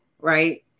Right